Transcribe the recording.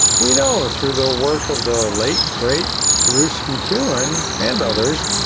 we know through the work of the late great bruce mcewan and others,